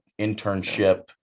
internship